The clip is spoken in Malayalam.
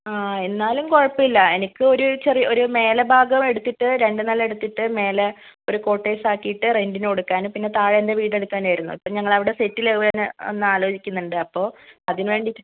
ആ എന്നാലും കുഴപ്പമില്ല എനിക്ക് ഒരു ചെറിയ ഒരു മേലെ ഭാഗം എടുത്തിട്ട് രണ്ട് നില എടുത്തിട്ട് മേലെ ഒരു കോട്ടേഴ്സ് ആക്കിയിട്ട് റെൻറ്ന് കൊടുക്കാൻ പിന്നെ താഴെ എൻ്റെ വീട് എടുക്കാനും ആയിരുന്നു അപ്പോൾ ഞങ്ങൾ അവിടെ സെറ്റിൽ ആവാൻ ഒന്ന് ആലോചിക്കുന്നുണ്ട് അപ്പോൾ അതിന് വേണ്ടിയിട്ട്